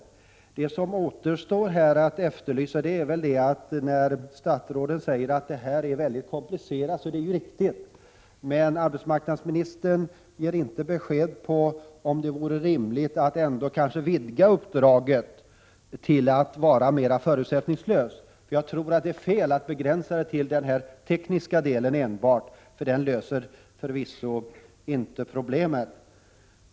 Arbetsmarknadsministern säger att det här är komplicerat, och det är riktigt. Men arbetsmarknadsministern svarar inte på om det vore rimligt att vidga uppdraget till att vara mera förutsättningslöst. Jag tror att det är fel att begränsa det till enbart den tekniska delen. En sådan utredning löser förvisso inte problemen.